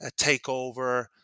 takeover